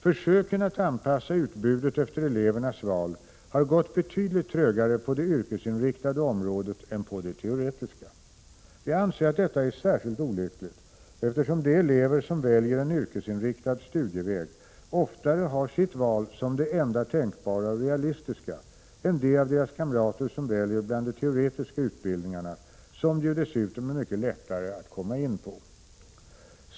Försöken att anpassa utbudet efter elevernas val har gått betydligt trögare på det yrkesinriktade området än på det teoretiska. Jag anser att detta är särskilt olyckligt, eftersom de elever som väljer en yrkesinriktad studieväg oftare har sitt val som det enda tänkbara och realistiska än de av deras kamrater som väljer bland de teoretiska utbildningarna, som det ju dessutom är mycket lättare att komma in på.